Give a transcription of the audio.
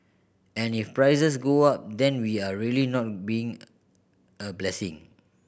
and if prices go up then we are really not being a blessing